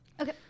Okay